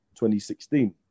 2016